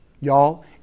Y'all